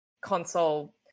console